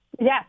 Yes